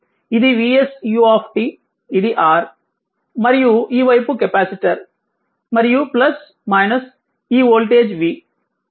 ఇది vsu ఇది R మరియు ఈ వైపు కెపాసిటర్ మరియు ఈ వోల్టేజ్ v